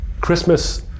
christmas